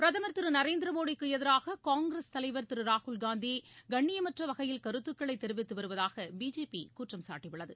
பிரதமர் நரேந்திர மோடிக்கு எதிராக காங்கிரஸ் திரு தலவர் திரு ராகுல்காந்தி கண்ணியமற்ற வகையில் கருத்துக்களை தெரிவித்து வருவதாக பிஜேபி குற்றம் சாட்டியுள்ளது